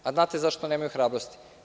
Da li znate zašto nemaju hrabrosti?